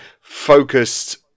focused